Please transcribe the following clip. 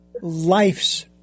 life's